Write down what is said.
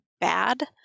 bad